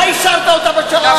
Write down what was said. אתה אישרת אותה בשעה,